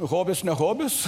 hobis ne hobis